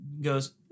goes